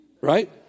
Right